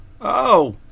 Oh